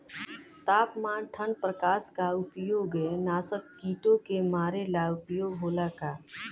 तापमान ठण्ड प्रकास का उपयोग नाशक कीटो के मारे ला उपयोग होला का?